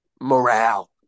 Morale